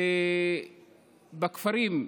ובכפרים,